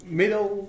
middle